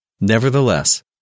Nevertheless